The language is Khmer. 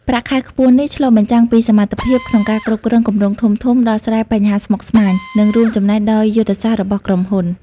ប្រាក់ខែខ្ពស់នេះឆ្លុះបញ្ចាំងពីសមត្ថភាពក្នុងការគ្រប់គ្រងគម្រោងធំៗ ដោះស្រាយបញ្ហាស្មុគស្មាញ និងរួមចំណែកដល់យុទ្ធសាស្ត្ររបស់ក្រុមហ៊ុន។